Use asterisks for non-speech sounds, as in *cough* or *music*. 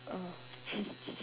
oh *laughs*